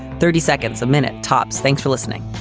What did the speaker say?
thirty seconds a minute, tops. thanks for listening